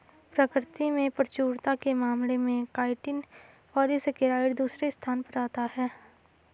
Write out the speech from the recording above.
प्रकृति में प्रचुरता के मामले में काइटिन पॉलीसेकेराइड दूसरे स्थान पर आता है